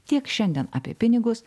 tiek šiandien apie pinigus